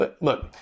look